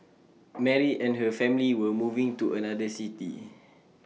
Mary and her family were moving to another city